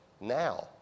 now